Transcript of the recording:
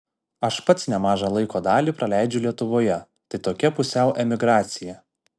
aš pats nemažą laiko dalį praleidžiu lietuvoje tai tokia pusiau emigracija